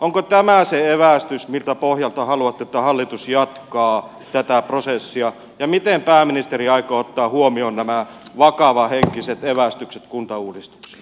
onko tämä se evästys miltä pohjalta haluatte että hallitus jatkaa tätä prosessia ja miten pääministeri aikoo ottaa huomioon nämä vakavahenkiset evästykset kuntauudistukseen